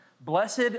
Blessed